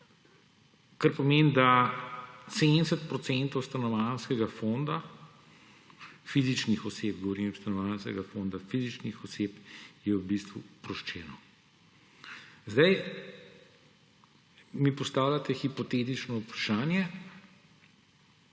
kar pomeni, da 70 procentov stanovanjskega fonda – fizičnih govorim –, stanovanjskega fonda fizičnih oseb je v bistvu oproščenih. Sedaj mi postavljate hipotetično vprašanje,